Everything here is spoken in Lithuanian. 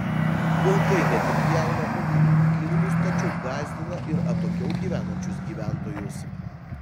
vilkai ne tik pjauna ūkininkų gyvulius tačiau gąsdina ir atokiau gyvenančius gyventojus